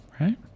right